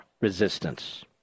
resistance